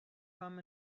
come